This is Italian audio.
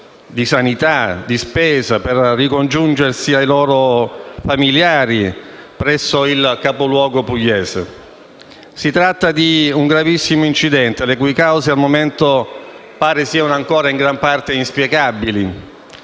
di salute, di spesa o per ricongiungersi con i propri familiari, presso il capoluogo pugliese. Si tratta di un gravissimo incidente le cui cause al momento pare siano ancora in gran parte inspiegabili: